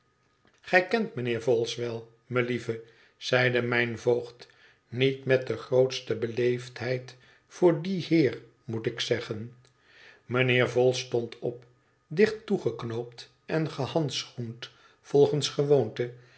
gij kent mijnheer vholes wel melieve zeide mijn voogd niet met de grootste beleefdheid voor dien heer moet ik zeggen mijnheer vholes stond op dicht toegeknoopt en gehandschoend volgens gewoonte